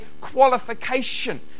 qualification